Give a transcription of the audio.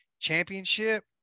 championship